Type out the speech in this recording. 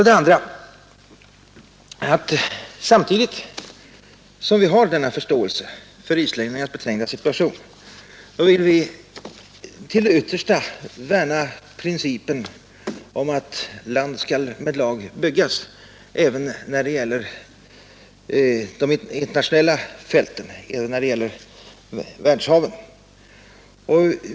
Det andra är att samtidigt som vi har denna förståelse för islänningarnas beträngda situation vill vi till det yttersta värna principen om att land skall med lag byggas även när det gäller de internationella fälten, således också i fråga om världshaven.